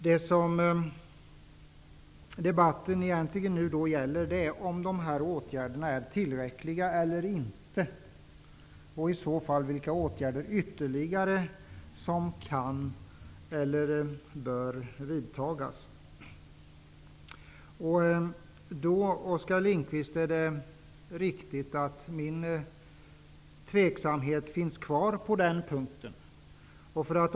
Det som debatten egentligen gäller är om dessa åtgärder är tillräckliga eller inte och i så fall vilka ytterligare åtgärder som kan eller bör vidtas. Det är riktigt att min tveksamhet finns kvar på den punkten, Oskar Lindkvist.